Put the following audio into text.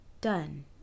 done